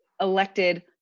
elected